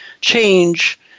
change